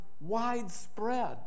widespread